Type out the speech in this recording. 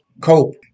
cope